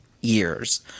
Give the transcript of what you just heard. years